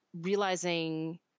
realizing